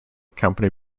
company